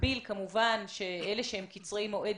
ובמקביל כמובן שאלה שהם קצרי מועד,